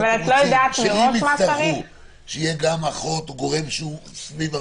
האם אתם רוצים שאם יצטרכו שיהיה גם אחות או גורם שהוא סביב הרפואה,